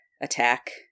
attack